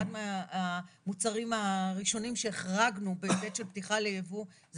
אחד מהמוצרים הראשונים שהחרגנו בהיבט של פתיחה לייבוא זה